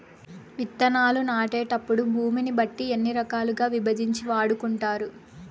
విత్తనాలు నాటేటప్పుడు భూమిని బట్టి ఎన్ని రకాలుగా విభజించి వాడుకుంటారు?